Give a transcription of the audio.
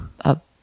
up